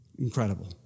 Incredible